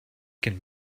can